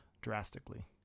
drastically